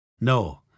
no